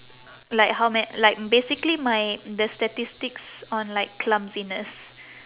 like how ma~ like basically my the statistics on like clumsiness